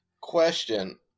Question